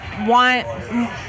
want